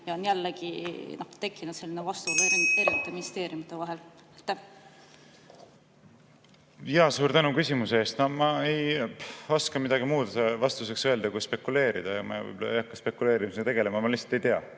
ja on jälle tekkinud selline vastuolu eri ministeeriumide vahel? Suur tänu küsimuse eest! Ma ei oska midagi muud vastuseks öelda, kui spekuleerida, ja ma võib-olla ei hakkaks spekuleerimisega tegelema. Ma lihtsalt ei tea.